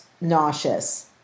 nauseous